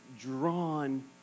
drawn